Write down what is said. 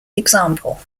example